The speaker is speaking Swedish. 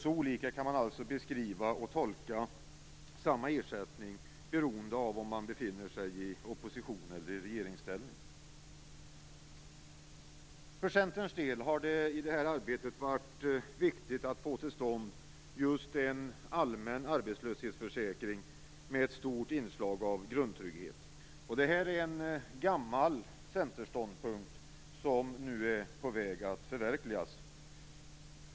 Så olika kan man alltså beskriva och tolka samma ersättning beroende på om man befinner sig i opposition eller i regeringsställning. För Centerns del har det i det här arbetet varit viktigt att få till stånd en allmän arbetslöshetsförsäkring med ett stort inslag av grundtrygghet. Det här är en gammal centerståndpunkt som nu är på väg att förverkligas.